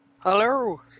Hello